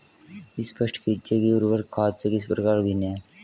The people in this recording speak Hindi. स्पष्ट कीजिए कि उर्वरक खाद से किस प्रकार भिन्न है?